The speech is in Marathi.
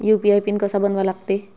यू.पी.आय पिन कसा बनवा लागते?